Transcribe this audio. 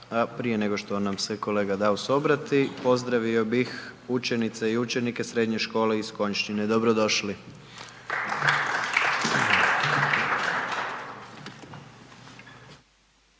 Prije nego što nam se kolega Daus obrati pozdravio bih učenice i učenike Srednje škole iz Konjšćine, dobro došli.